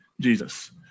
Jesus